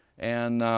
and